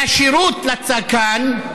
והשירות לצרכן,